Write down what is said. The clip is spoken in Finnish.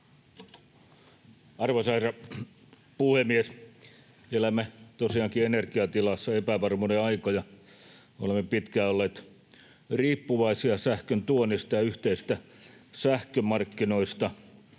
Arvoisa herra puhemies! Elämme tosiaankin energiatilanteessa epävarmuuden aikoja. Olemme pitkään olleet riippuvaisia sähkön tuonnista ja yhteisistä sähkömarkkinoista.